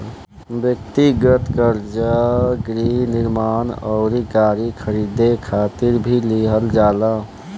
ब्यक्तिगत कर्जा गृह निर्माण अउरी गाड़ी खरीदे खातिर भी लिहल जाला